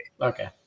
Okay